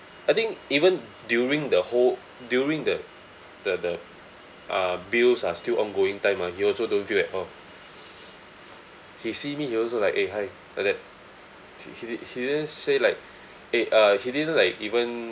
I think even during the whole during the the the uh bills are still ongoing time ah he also don't feel at all he see me he also like eh hi like that he he he didn't say like eh uh he didn't like even